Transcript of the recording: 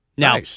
Now